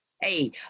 hey